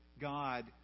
God